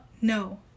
no